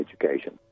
education